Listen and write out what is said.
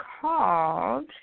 called